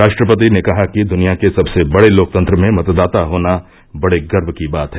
राष्ट्रपति ने कहा कि दुनिया के सबसे बड़े लोकतंत्र में मतदाता होना बड़े गर्व की बात है